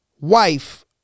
Wife